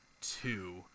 two